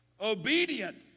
obedient